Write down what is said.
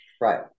right